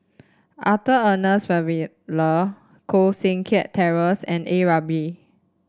Arthur Ernest Koh Seng Kiat Terence and A Ramli